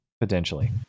potentially